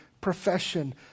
profession